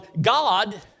God